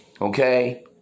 okay